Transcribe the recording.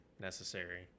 necessary